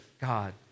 God